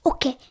Okay